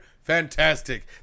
fantastic